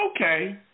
okay